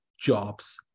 jobs